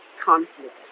conflict